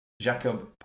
Jacob